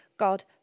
God